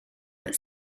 but